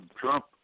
Trump